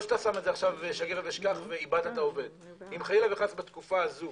אם חלילה בתקופה הזו